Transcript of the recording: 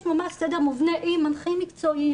יש ממש סדר מובנה עם מנחים מקצועיים